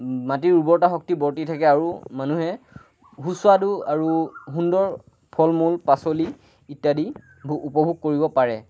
মাটিৰ উৰ্বৰতা শক্তি বৰ্তী থাকে আৰু মানুহে সুস্বাদু আৰু সুন্দৰ ফল মূল পাচলি ইত্যাদি উপভোগ কৰিব পাৰে